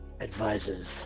Advisors